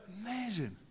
amazing